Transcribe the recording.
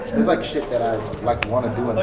there's like shit that i like wanna do when i